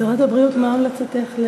שרת הבריאות, מה המלצתך?